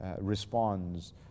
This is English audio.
responds